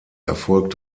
erfolgt